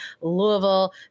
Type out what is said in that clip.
Louisville